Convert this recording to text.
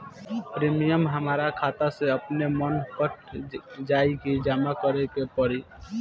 Premium हमरा खाता से अपने माने कट जाई की जमा करे के पड़ी?